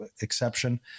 exception